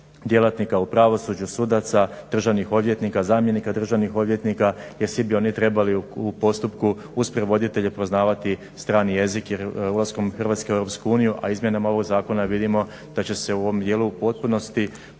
djelatnika u pravosuđu, sudaca, državnih odvjetnika, zamjenika državnih odvjetnika jer svi bi oni trebali u postupku uz prevoditelje poznavati strani jezik jer ulaskom Hrvatske u EU a izmjenama ovog zakona vidimo da će se u ovom dijelu u potpunosti